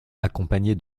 accompagné